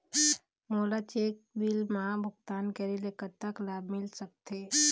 मोला check bill मा भुगतान करेले कतक लाभ मिल सकथे?